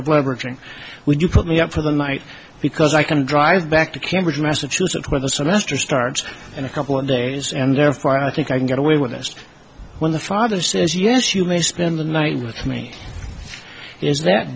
of leveraging would you put me up for the night because i can drive back to cambridge massachusetts where the semester starts in a couple of days and therefore i think i can get away with us when the father says yes you may spend the night with me is that